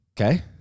Okay